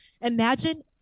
Imagine